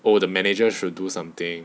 oh the manager should do something